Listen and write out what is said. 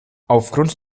aufgrund